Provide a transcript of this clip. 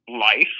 life